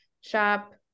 shop